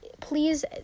please